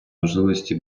можливості